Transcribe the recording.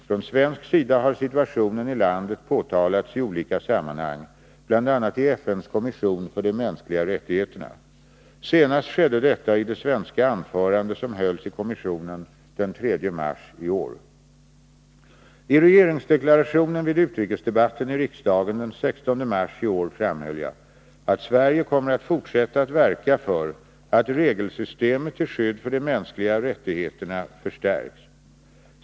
Från svensk sida har situationen i landet påtalats iolika sammanhang, bl.a. i FN:s kommission för de mänskliga rättigheterna. Senast skedde detta i det svenska anförande som hölls i kommissionen den 3 mars i år. I regeringsdeklarationen vid utrikesdebatten i riksdagen den 16 mars i år framhöll jag, att Sverige kommer att fortsätta att verka för att regelsystemet till skydd för de mänskliga rättigheterna förstärks.